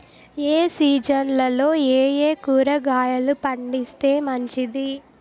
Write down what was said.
ఏ సీజన్లలో ఏయే కూరగాయలు పండిస్తే మంచిది